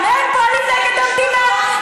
גם הם פועלים נגד המדינה?